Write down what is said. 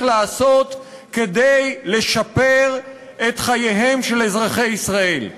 לעשות כדי לשפר את חייהם של אזרחי ישראל,